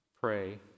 pray